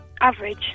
average